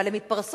אבל הם התפרסו.